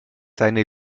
seine